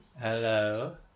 Hello